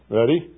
Ready